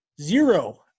zero